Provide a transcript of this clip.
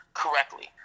correctly